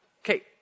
Okay